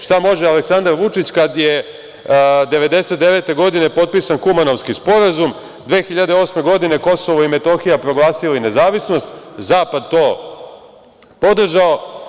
Šta može Aleksandar Vučić kad je 1999. godine potpisan Kumanovski sporazum, 2008. godine Kosovo i Metohija proglasili nezavisnost, zapad to podržao?